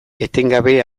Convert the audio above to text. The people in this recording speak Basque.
etengabe